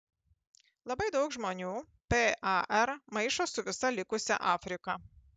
labai daug žmonių par maišo su visa likusia afrika